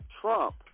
Trump